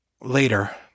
Later